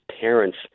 parents